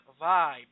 vibe